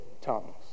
tongues